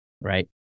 right